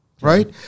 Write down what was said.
right